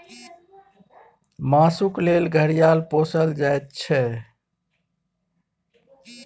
मासुक लेल घड़ियाल पोसल जाइ छै